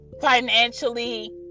Financially